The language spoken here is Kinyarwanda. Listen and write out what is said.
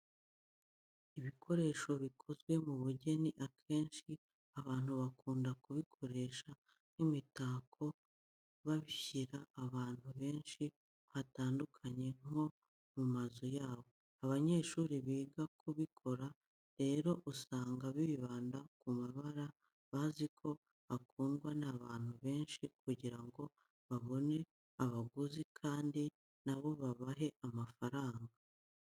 Ibikoresho bikozwe mu bugeni akenshi abantu bakunda kubikoresha nk'imitako bashyira ahantu henshi hatandukanye nko mu mazu yabo. Abanyeshuri biga kubikora rero usanga bibanda ku mabara bazi ko akundwa n'abantu benshi kugira ngo babone abaguzi kandi na bo babahe amafaranga.